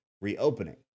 reopening